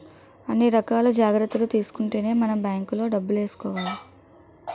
అన్ని రకాల జాగ్రత్తలు తీసుకుంటేనే మనం బాంకులో డబ్బులు ఏసుకోవాలి